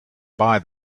buy